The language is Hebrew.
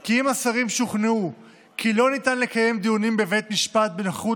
כי אם השרים שוכנעו כי לא ניתן לקיים דיונים בבית משפט בנוכחות